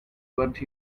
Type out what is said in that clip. what